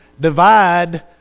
divide